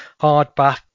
hardback